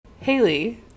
Haley